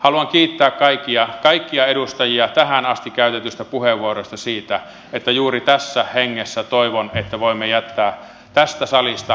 haluan kiittää kaikkia edustajia tähän asti käytetyistä puheenvuoroista ja juuri tässä hengessä toivon että voimme jättää tästä salista yhtenäisen viestin